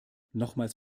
nochmals